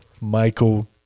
Michael